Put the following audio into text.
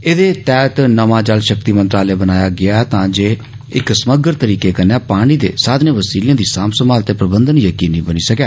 एह्द्रातैह्त नमां जल शक्ति मंत्रालय बनाया गक्षा ऐ तांज इक समग्र तरीक कन्नै पानी द साधनें वसीलें दी सांभ संभाल त प्रबंधन यकीनी बनी सकै